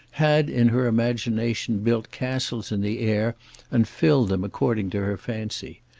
had, in her imagination, built castles in the air and filled them according to her fancy.